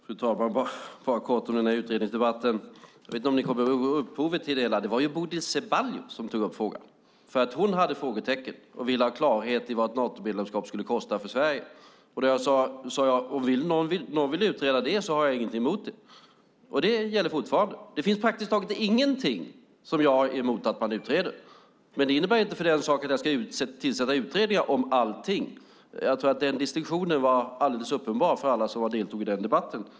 Fru talman! Låt mig få säga kort om utredningsdebatten: Jag vet inte om ni kommer ihåg upphovet till det hela. Det var Bodil Ceballos som tog upp frågan. Hon hade frågetecken och ville ha klarhet i vad ett Natomedlemskap skulle kosta för Sverige. Jag sade då att om någon vill utreda det har jag inget emot det. Det gäller fortfarande. Det finns praktiskt taget ingenting som jag är emot att utreda, men det innebär inte att det ska tillsättas utredningar om allt. Jag tror att den distinktionen var alldeles uppenbar för alla som deltog i den debatten.